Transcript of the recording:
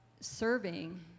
serving